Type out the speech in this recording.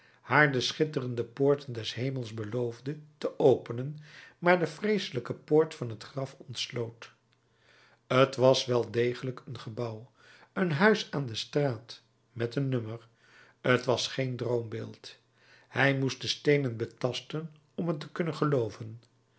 haar de schitterende poorten des hemels beloofde te openen maar de vreeselijke poort van het graf ontsloot t was wel degelijk een gebouw een huis aan de straat met een nummer t was geen droombeeld hij moest de steenen betasten om het